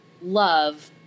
love